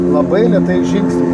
labai lėtais žingsniais